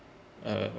uh